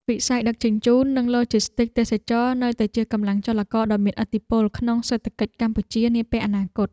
វិស័យដឹកជញ្ជូន និងឡូជីស្ទីកទេសចរណ៍នៅតែជាកម្លាំងចលករដ៏មានឥទ្ធិពលក្នុងសេដ្ឋកិច្ចកម្ពុជានាពេលអនាគត។